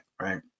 right